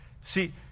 See